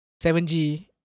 7G